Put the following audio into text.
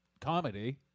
comedy